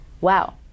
wow